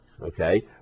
okay